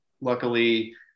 luckily